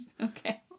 okay